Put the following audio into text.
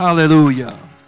Hallelujah